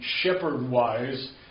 shepherd-wise